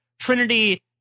Trinity